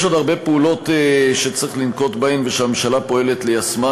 יש עוד הרבה פעולות שצריך לנקוט ושהממשלה פועלת ליישמן.